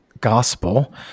gospel